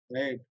right